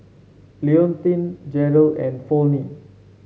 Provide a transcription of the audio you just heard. Leontine Jerrell and Volney